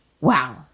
wow